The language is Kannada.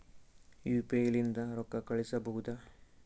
ಯು.ಪಿ.ಐ ಲಿಂದ ರೊಕ್ಕ ಕಳಿಸಬಹುದಾ?